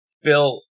Bill